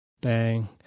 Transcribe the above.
Bang